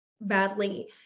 badly